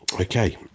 Okay